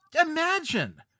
Imagine